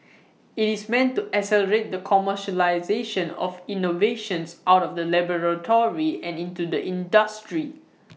IT is meant to accelerate the commercialisation of innovations out of the laboratory and into the industry